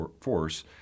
force